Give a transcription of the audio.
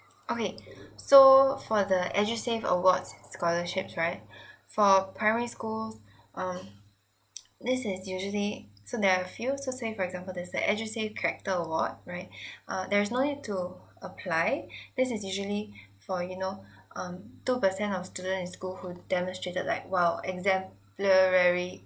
okay so for the edusave awards scholarships right for primary schools um this is usually so there are a few so say for example there's a edusave character award right uh there's no need to apply this is usually for you know um two percent of students in school who demonstrated like !wow! exemplary